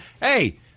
Hey